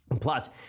Plus